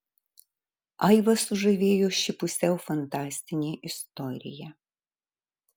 aivą sužavėjo ši pusiau fantastinė istorija